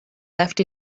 left